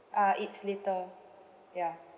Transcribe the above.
uh it's later ya